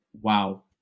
wow